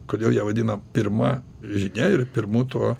kodėl ją vadino pirma žinia ir pirmu tuo